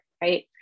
right